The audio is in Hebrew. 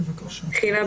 תחילה